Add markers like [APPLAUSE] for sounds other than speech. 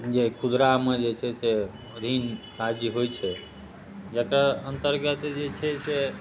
जे खुदरामे जे छै से [UNINTELLIGIBLE] काज होइत छै जेकर अन्तर्गत जे छै से